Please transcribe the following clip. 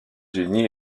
unis